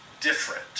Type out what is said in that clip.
different